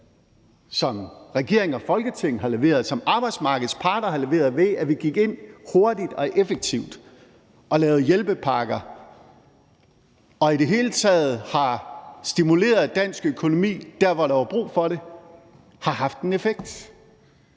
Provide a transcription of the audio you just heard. som regering og Folketing har leveret, som arbejdsmarkedets parter har leveret, ved at vi hurtigt gik ind og effektivt lavede hjælpepakker og i det hele taget har stimuleret dansk økonomi der, hvor der var brug for det, har haft en effekt.